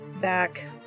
Back